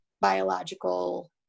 biological